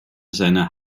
seiner